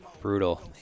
brutal